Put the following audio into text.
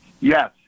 Yes